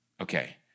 Okay